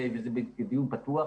וזה בדיון פתוח,